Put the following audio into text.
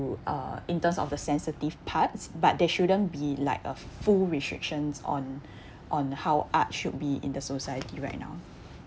uh in terms of the sensitive parts but there shouldn't be like a full restrictions on on how art should be in the society right now